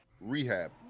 Rehab